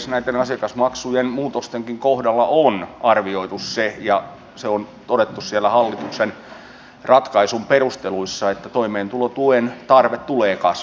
näitten asiakasmaksujen muutostenkin kohdalla on arvioitu se ja se on todettu siellä hallituksen ratkaisun perusteluissa että toimeentulotuen tarve tulee kasvamaan